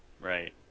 Right